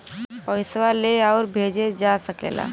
पइसवा ले आउर भेजे जा सकेला